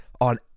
on